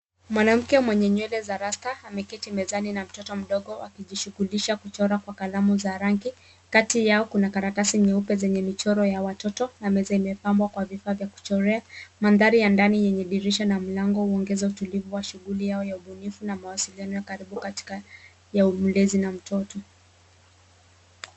Mwanamke mwenye nywele za rasta ameketi mezani na mtoto mdogo wakijishughulisha kuchora kwa kalamu za rangi. Kati yao kuna karatasi nyeupe zenye michoro ya watoto na meza imepambawa kwa vifaa vya kuchorea. Mandhari ya ndani yenye dirisha na mlango huongeza utulivu wa shughuli yao ya ubunifu na mawasiliano ya karibu kati ya mlezi na mtoto.